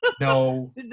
No